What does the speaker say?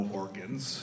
organs